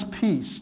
peace